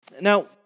Now